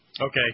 Okay